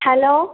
hello